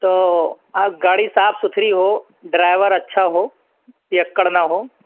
تو گاڑی صاف ستھری ہو ڈرائیور اچھا ہو پیکڑ نہ ہو